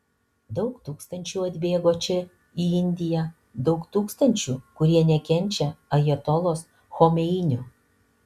daug tūkstančių atbėgo čia į indiją daug tūkstančių kurie nekenčia ajatolos chomeinio